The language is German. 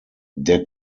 der